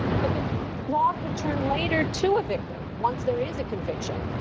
but the law would turn later to a victim, once there is a conviction,